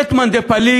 לית מאן דפליג